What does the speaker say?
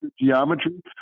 geometry